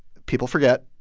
people forget,